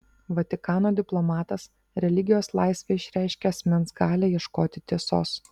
vatikano diplomatas religijos laisvė išreiškia asmens galią ieškoti tiesos